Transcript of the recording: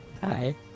Hi